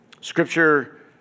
Scripture